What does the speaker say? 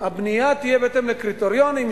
שהבנייה תהיה בהתאם לקריטריונים,